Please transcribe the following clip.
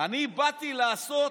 אני באתי לעשות,